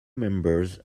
members